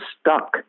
stuck